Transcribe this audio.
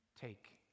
Take